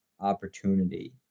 opportunity